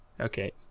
Okay